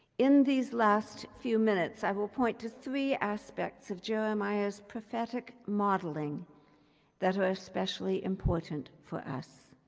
in these last few minutes, i will point to three aspects of jeremiah's prophetic modeling that are especially important for us.